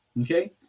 Okay